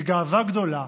בגאווה גדולה,